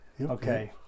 Okay